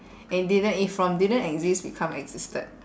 and didn't it from didn't exist become existed